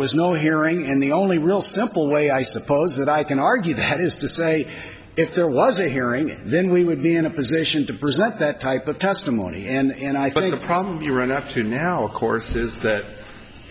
was no hearing and the only real simple way i suppose that i can argue that it's to say if there was a hearing then we would be in a position to present that type of testimony and i think the problem you run up to now of course is that